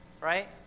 right